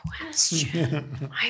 question